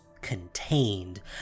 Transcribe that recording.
contained